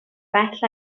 bell